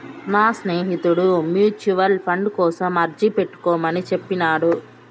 నా స్నేహితుడు mutual fund కోసం అర్జీ పెట్టుకోమని చెప్పినాడు